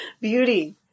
Beauty